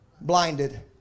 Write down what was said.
Blinded